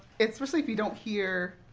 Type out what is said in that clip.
especially if you don't hear